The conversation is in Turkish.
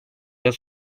yaz